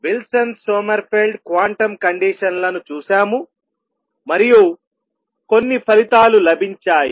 Wilson Sommerfeld quantum condition లను చూసాము మరియు కొన్ని ఫలితాలు లభించాయి